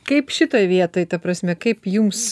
kaip šitoj vietoj ta prasme kaip jums